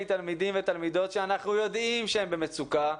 תלמידים ותלמידות שאנחנו יודעים שהם במצוקה,